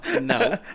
no